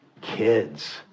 kids